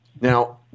Now